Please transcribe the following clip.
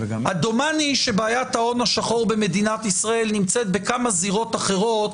דומני שבעיית ההון השחור במדינת ישראל נמצאת בכמה זירות אחרות,